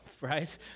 right